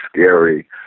scary